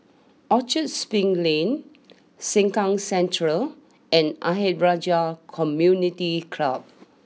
Orchard Spring Lane Sengkang Central and Ayer Rajah Community Club